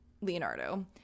leonardo